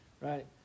right